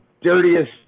Dirtiest